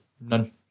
None